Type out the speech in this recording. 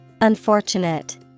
Unfortunate